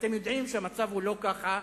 אתם יודעים שהמצב לא ככה,